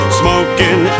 smoking